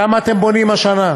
כמה אתם בונים השנה?